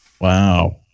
Wow